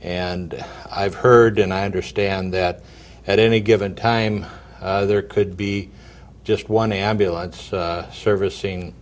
and i've heard tonight or stand that at any given time there could be just one ambulance service seen